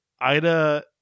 Ida